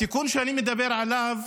התיקון שאני מדבר עליו,